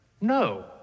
No